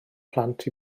plant